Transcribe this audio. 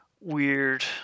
weird